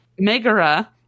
Megara